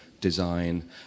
design